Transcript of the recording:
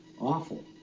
Awful